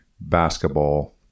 basketball